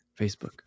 Facebook